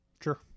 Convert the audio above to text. sure